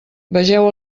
vegeu